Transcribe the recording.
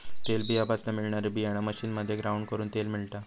तेलबीयापासना मिळणारी बीयाणा मशीनमध्ये ग्राउंड करून तेल मिळता